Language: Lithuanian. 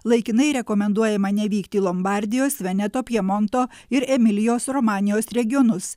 laikinai rekomenduojama nevykti į lombardijos veneto pjemonto ir emilijos romanijos regionus